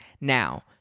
Now